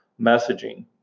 messaging